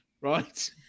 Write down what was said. Right